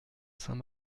saint